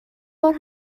بار